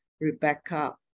Rebecca